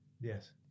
Yes